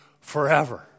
forever